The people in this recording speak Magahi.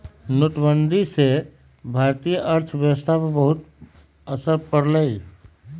नोटबंदी से भारतीय अर्थव्यवस्था पर बहुत असर पड़ लय